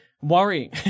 Worry